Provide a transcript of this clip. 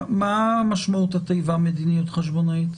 מה משמעות התיבה "מדיניות חשבונאית"?